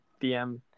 DM